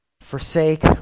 forsake